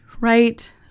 right